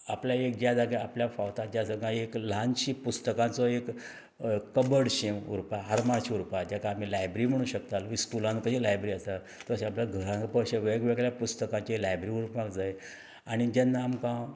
आपल्या एक ज्या जाग्या आपल्याक फावता ज्या जगा एक ल्हानशी पुस्तकांचो एक कबडशें उरपा आरमार अशी उरपा आ जेका आमी लायब्री म्हुणू शकता विस्कुलान खंयच्या लायब्री आसा तशें आपल्या घरान प अशें वेग वेगळ्या पुस्तकाचे लायब्री उरपाक जाय आनी जेन्ना आमकां